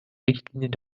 richtlinien